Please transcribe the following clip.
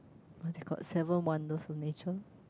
they got seven wonders of nature